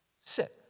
Sit